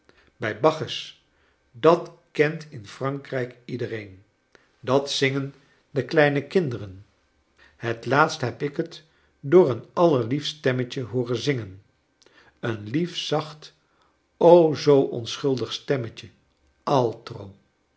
bij bacchus dat kent in frankrijk iedereen dat zingen de kleine kinderen het laatst heb ik het door een allerliefst stemmetje hooren zingen een lief zacht o zoo'n onschuldig stemmetje